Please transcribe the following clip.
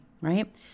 right